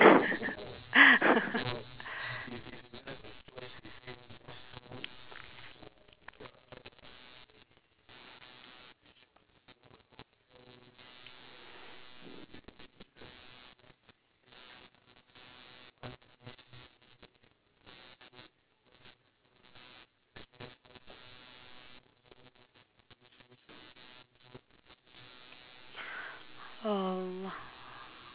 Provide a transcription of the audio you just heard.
um